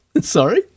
sorry